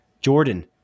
Jordan